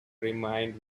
remained